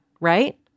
right